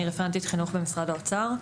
אני רפרנטית חינוך במשרד האוצר.